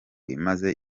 imaze